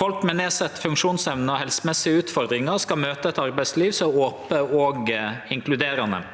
Folk med nedsett funksjonsevne og helsemessige utfordringar skal møte eit arbeidsliv som er ope og inkluderande.